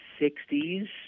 60s